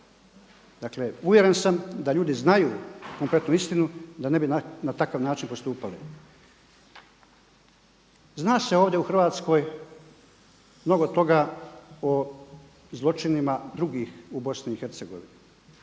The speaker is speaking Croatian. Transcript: Dakle, uvjeren sam da ljudi znaju konkretnu istinu da ne bi na takav način postupali. Zna se ovdje u Hrvatskoj mnogo toga o zločinima drugih u Bosni